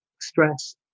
stress